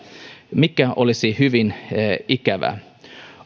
mikä olisi hyvin ikävää